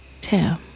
Tim